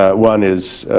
ah one is